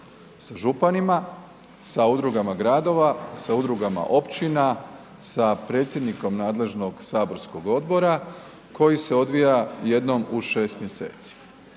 sa županima, sa udrugama gradova, sa udrugama općina, sa predsjednikom nadležnog saborskog odbora koji se odvija jednom u šest mjeseci.